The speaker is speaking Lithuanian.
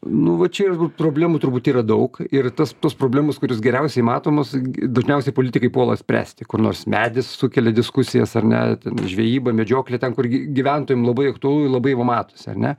nu va čia ir problemų turbūt yra daug ir tas tos problemos kuris geriausiai matomos dažniausiai politikai puola spręsti kur nors medis sukelia diskusijas ar ne ten žvejyba medžioklė ten kur gi gyventojam labai aktualu ir labai va matosi ar ne